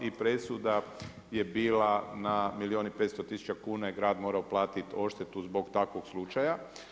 I presuda je bila na milijun i 500 tisuća kuna je grad morao platiti odštetu zbog takvog slučaja.